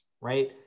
right